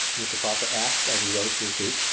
mr. parker asked as he rose to his feet.